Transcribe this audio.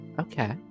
Okay